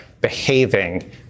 behaving